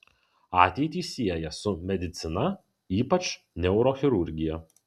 ateitį sieja su medicina ypač neurochirurgija